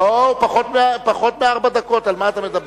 לא, פחות מארבע דקות, על מה אתה מדבר?